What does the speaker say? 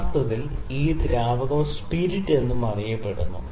യഥാർത്ഥത്തിൽ ഈ ദ്രാവകം സ്പിരിറ്റ് എന്നും അറിയപ്പെടുന്നു